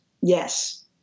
yes